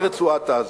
על רצועת-עזה.